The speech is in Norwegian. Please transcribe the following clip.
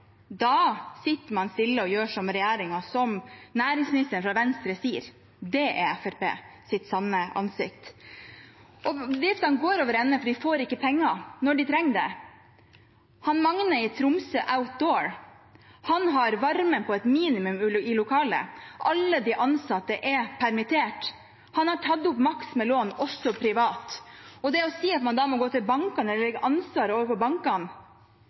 sitter man stille og gjør som regjeringen og næringsministeren fra Venstre sier. Det er Fremskrittspartiets sanne ansikt. Bedriftene går overende fordi de ikke får penger når de trenger det. Magne i Tromsø Outdoor har varmen på et minimum i lokalet. Alle de ansatte er permittert. Han har tatt opp maks med lån, også privat. Det å si at man da må gå til bankene eller legge ansvaret over på bankene,